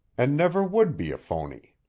and never would be a phony.